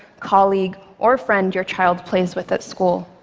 colleague or friend your child plays with at school.